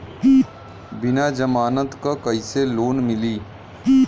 बिना जमानत क कइसे लोन मिली?